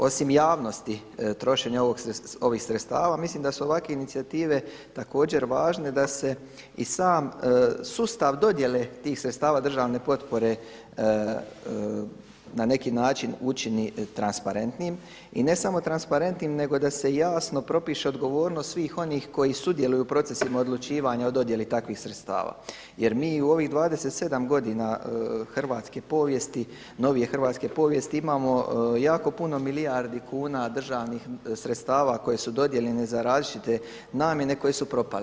Osim javnosti trošenja ovih sredstava mislim da su ovakve inicijative također važne da se i sam sustav dodjele tih sredstava državne potpore na neki način učini transparentnim i ne samo transparentnim nego da se jasno propiše odgovornost svih onih koji sudjeluju u procesima odlučivanja o dodjeli takvih sredstava jer mi u ovih 27 godina hrvatska povijesti novije hrvatske povijesti, imamo jako puno milijardi kuna državnih sredstava koji su dodijeljene za različite namjene koje su propale.